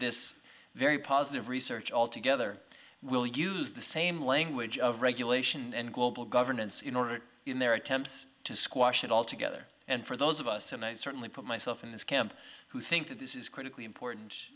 this very positive research all together will use the same language of regulation and global governance in order in their attempts to squash it altogether and for those of us tonight certainly put myself in this camp who think that this is critically important